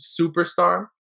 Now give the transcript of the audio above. superstar